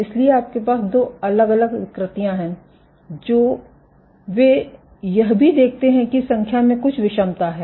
इसलिए आपके पास दो अलग अलग विकृतियां हैं जो वे यह भी देखते हैं कि संख्या में कुछ विषमता है